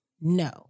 no